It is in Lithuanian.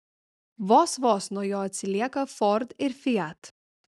vos vos nuo jo atsilieka ford ir fiat